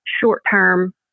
short-term